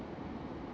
but